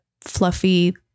fluffy